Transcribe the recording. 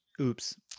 oops